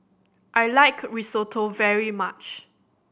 I like Risotto very much